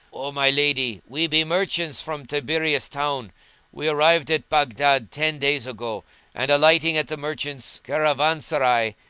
o my lady, we be merchants from tiberias town we arrived at baghdad ten days ago and, alighting at the merchants' caravanserai,